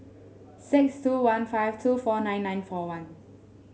six two one five two four nine nine four one